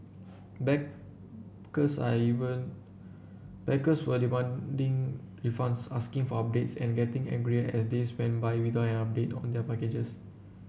backers are even backers were demanding refunds asking for updates and getting angrier as days went by without an update on their packages